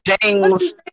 James